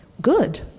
Good